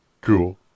Cool